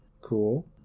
Cool